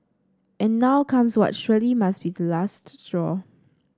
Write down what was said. and now comes what surely must be the last straw